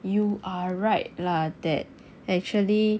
you are right lah that actually